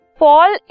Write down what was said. fall